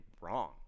wrong